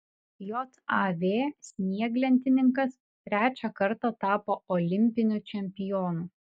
jav snieglentininkas trečią kartą tapo olimpiniu čempionu